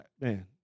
man